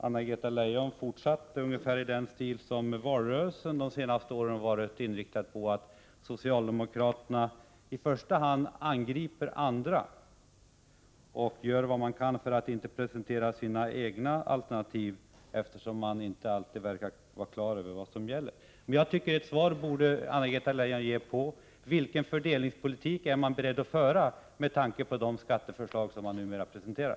Anna-Greta Leijon fortsatte i ungefär den stil som präglat valrörelserna de senaste åren: i första hand angriper socialdemokraterna andra, och gör vad de kan för att inte presentera sina egna alternativ, eftersom partifolket — verkar det — inte alltid är på det klara med vad som gäller. Men ett svar borde Anna-Greta Leijon ge på frågan vilken fördelningspolitik socialdemokraterna vill föra, bl.a. med tanke på de skatteförslag som de numera presenterar.